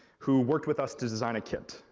who worked with us to design a kit.